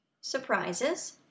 surprises